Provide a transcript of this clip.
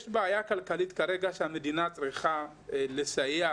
יש כרגע בעיה כלכלית שהמדינה צריכה לסייע